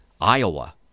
Iowa